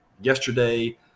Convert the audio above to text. Yesterday